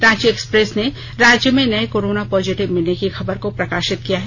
Ranchi Express ने राज्य में नये कोरोना पॉजिटिव मिलने की खबर को प्रकाशित किया है